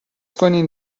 کنین